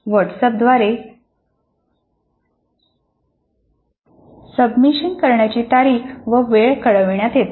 व्हॉट्सअँपपद्वारे submission करण्याची तारीख व वेळ कळविण्यात येते